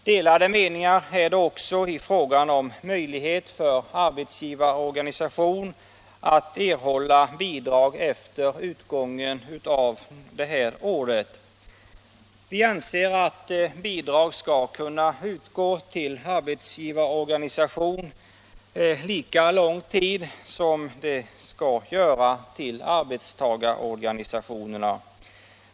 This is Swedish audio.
Delade meningar är det också i fråga om möjlighet för arbetsgivarorganisation att erhålla bidrag efter utgången av år 1977. Vi anser att bidrag skall kunna utgå till arbetsgivarorganisation lika lång tid som till arbetstagarorganisationerna.